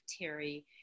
Terry